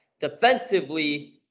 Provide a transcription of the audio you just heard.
defensively